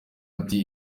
ati